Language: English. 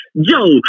Joe